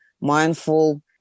mindful